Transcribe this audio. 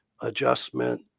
adjustment